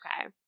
Okay